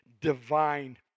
divine